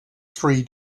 three